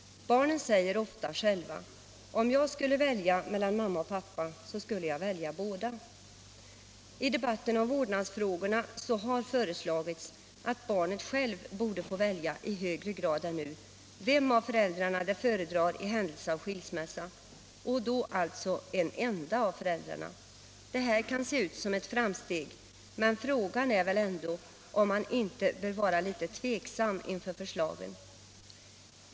Barnen säger ofta själva: ”Om jag skulle välja mellan mamma och pappa, så skulle jag välja båda.” I debatten om vårdnadsfrågorna har föreslagits att barnet självt borde få välja, i högre grad än nu, vem av föräldrarna det föredrar i händelse av skilsmässa — alltå en enda av föräldrarna. Det kan se ut som ett framsteg, men frågan är väl ändå om man inte bör vara litet tveksam inför förslagen.